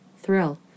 Thrill